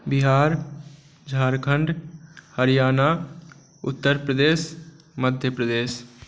Bihar Jharkhand Haryana Uttar Pradesh Madhya Pradesh